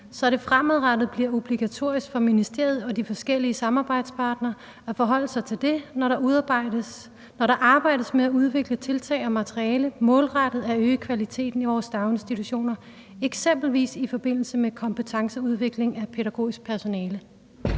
så det fremadrettet bliver obligatorisk for ministeriet og de forskellige samarbejdspartnere at forholde sig til det, når der arbejdes med at udvikle tiltag og materiale målrettet at øge kvaliteten i vores daginstitutioner, eksempelvis i forbindelse med kompetenceudvikling af pædagogisk personale?